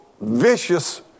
vicious